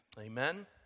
Amen